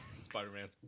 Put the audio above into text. Spider-Man